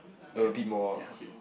a bit more ah